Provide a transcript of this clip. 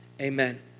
Amen